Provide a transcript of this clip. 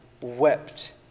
wept